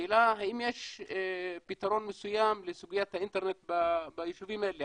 השאלה האם יש פתרון מסוים לסוגיית האינטרנט ביישובים האלה,